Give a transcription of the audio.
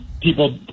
people